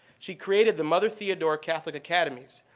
she created the mother theodore catholic academies,